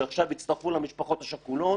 שעכשיו יצטרפו למשפחות השכולות,